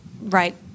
right